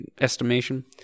estimation